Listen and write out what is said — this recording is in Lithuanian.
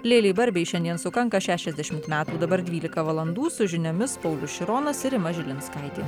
lėlei barbei šiandien sukanka šešiasdešimt metų dabar dvylika valandų su žiniomis paulius šironas ir rima žilinskaitė